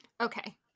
okay